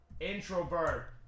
Introvert